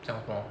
讲什么